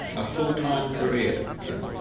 a full-time career in